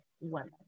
women